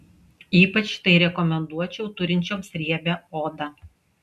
ypač tai rekomenduočiau turinčioms riebią odą